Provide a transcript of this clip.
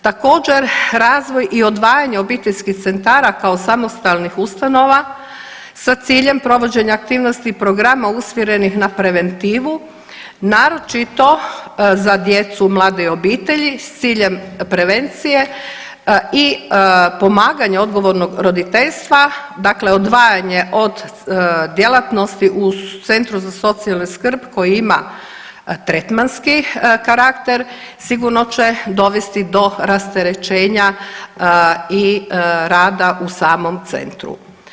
Također razvoj i odvajanje obiteljskih centara kao samostalnih ustanova sa ciljem provođenja aktivnosti programa usmjerenih na preventivu naročito za djecu, mlade i obitelji s ciljem prevencije i pomaganje odgovornog roditeljstva, dakle odvajanje od djelatnosti u centru za socijalnu skrb koji ima tretmanski karakter sigurno će dovesti do rasterećenja i rada u samom centru.